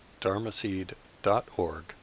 dharmaseed.org